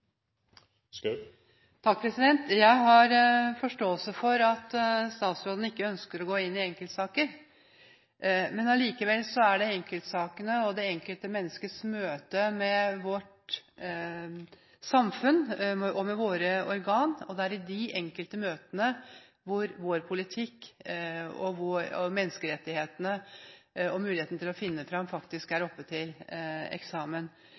Jeg har forståelse for at statsråden ikke ønsker å gå inn i enkeltsaker, men allikevel er det enkeltsakene og det enkelte menneskes møte med vårt samfunn og med våre organer det dreier seg om. Det er i de enkelte møtene hvor vår politikk og menneskerettighetene, med muligheten til å finne fram, vi faktisk er oppe til eksamen.